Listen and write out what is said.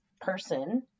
person